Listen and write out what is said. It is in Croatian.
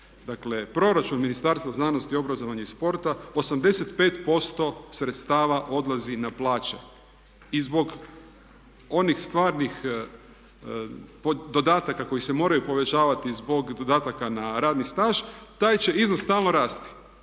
Dakle proračun Ministarstva znanosti, obrazovanja i sporta 85% sredstava odlazi na plaće. I zbog onih stvarnih dodataka koji se moraju povećavati zbog dodataka na radni staž taj će iznos stalno rasti.